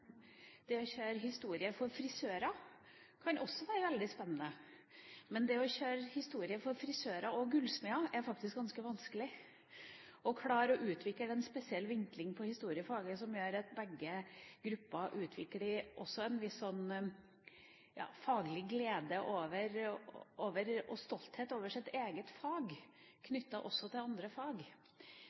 Det å kjøre historie for frisører kan også være veldig spennende. Men det å kjøre historie for frisører og gullsmeder er faktisk ganske vanskelig, det å klare å utvikle en spesiell vinkling på historiefaget som gjør at begge grupper utvikler en viss faglig glede og stolthet over sitt eget fag også knyttet til andre fag.